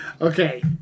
okay